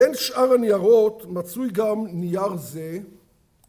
בין שאר הניירות מצוי גם נייר זה